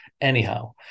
anyhow